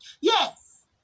Yes